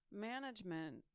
management